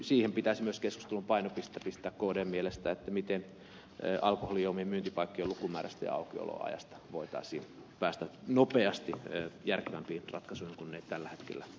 siihen pitäisi myös keskustelun painopistettä pistää kdn mielestä miten alkoholijuomien myyntipaikkojen lukumäärän ja aukioloajan osalta voitaisiin päästä nopeasti järkevämpiin ratkaisuihin kuin mikä on tilanne tällä hetkellä